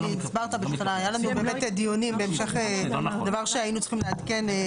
היה דבר שהיינו צריכים לעדכן.